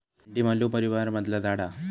भेंडी मल्लू परीवारमधला झाड हा